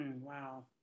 wow